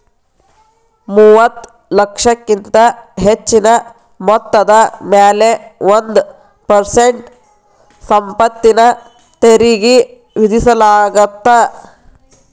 ಮೂವತ್ತ ಲಕ್ಷಕ್ಕಿಂತ ಹೆಚ್ಚಿನ ಮೊತ್ತದ ಮ್ಯಾಲೆ ಒಂದ್ ಪರ್ಸೆಂಟ್ ಸಂಪತ್ತಿನ ತೆರಿಗಿ ವಿಧಿಸಲಾಗತ್ತ